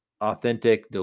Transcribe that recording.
authentic